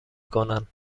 کنند